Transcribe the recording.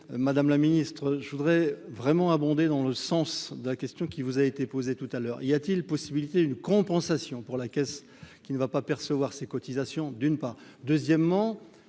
madame la ministre, je voudrais vraiment abonder dans le sens de la question qui vous a été posée. Y a-t-il possibilité d'une compensation pour la caisse qui ne va pas percevoir ces cotisations ?